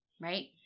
right